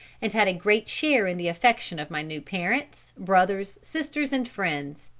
and had a great share in the affection of my new parents, brothers, sisters and friends.